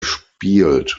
spielt